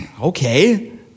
Okay